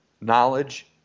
knowledge